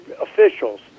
officials